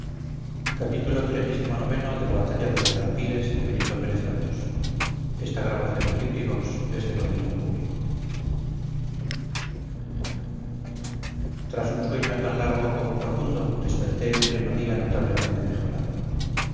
tras un sueño tan largo como profundo desperté en pleno día notablemente mejorado